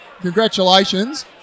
congratulations